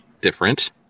different